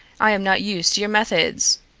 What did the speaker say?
i am not used to your methods.